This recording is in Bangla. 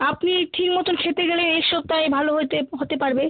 আপনি ঠিক মতন খেতে গেলে এই সপ্তাহে ভালো হতে হতে পারবে